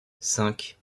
cinq